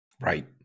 Right